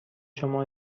شما